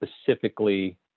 specifically